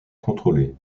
contrôlée